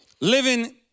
living